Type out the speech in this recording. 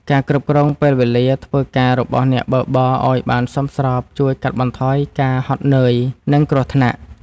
ការគ្រប់គ្រងពេលវេលាធ្វើការរបស់អ្នកបើកបរឱ្យបានសមស្របជួយកាត់បន្ថយការហត់នឿយ និងគ្រោះថ្នាក់។